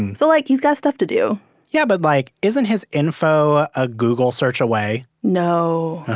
so, like, he's got stuff to do yeah, but, like, isn't his info a google search away? no.